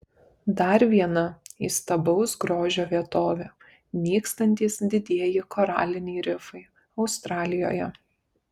dar viena įstabaus grožio vietovė nykstantys didieji koraliniai rifai australijoje